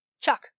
Chuck